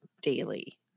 daily